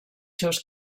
seus